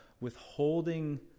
withholding